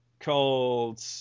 called